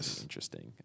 interesting